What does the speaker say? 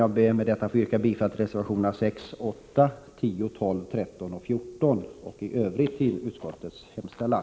Jag ber med detta att få yrka bifall till reservationerna 6, 8, 10, 12, 13 och 14 och i övrigt till utskottets hemställan.